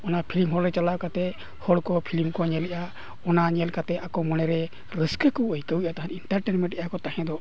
ᱚᱱᱟ film hall ᱨᱮ ᱪᱟᱞᱟᱣ ᱠᱟᱛᱮᱫ ᱦᱚᱲ ᱠᱚ ᱯᱷᱤᱞᱤᱢ ᱠᱚ ᱧᱮᱞᱮᱜᱼᱟ ᱚᱱᱟ ᱧᱮᱞ ᱠᱟᱛᱮᱫ ᱟᱠᱚ ᱢᱚᱱᱮ ᱨᱮ ᱨᱟᱹᱥᱠᱟᱹ ᱠᱚ ᱟᱹᱭᱠᱟᱹᱣᱮᱫ ᱛᱟᱦᱮᱱ ᱤᱱᱴᱟᱨᱴᱮᱱᱢᱮᱱᱴ ᱠᱚ ᱛᱟᱦᱮᱸ ᱫᱚ